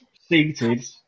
seated